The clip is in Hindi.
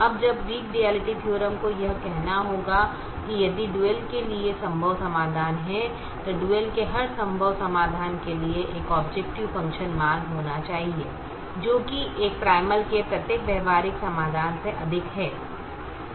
अब जब वीक डुआलिटी थीअरम को यह कहना होगा कि यदि डुअल के लिए संभव समाधान हैं तो डुअल के हर संभव समाधान के लिए एक ऑबजेकटिव फ़ंक्शन मान होना चाहिए जो कि प्राइमल के प्रत्येक व्यावहारिक समाधान से अधिक है